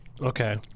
okay